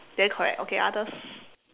then correct okay others